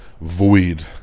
void